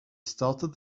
started